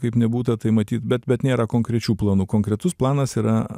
kaip nebūta tai matyt bet bet nėra konkrečių planų konkretus planas yra